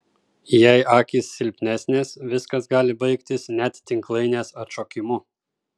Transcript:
jei akys silpnesnės viskas gali baigtis net tinklainės atšokimu